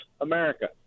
America